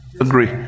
agree